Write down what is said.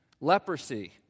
leprosy